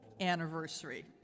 anniversary